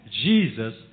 Jesus